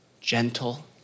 gentle